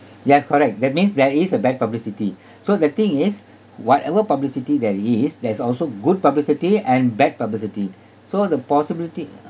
ya correct that means there is a bad publicity so the thing is whatever publicity there is there's also good publicity and bad publicity so the possibility